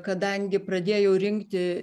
kadangi pradėjau rinkti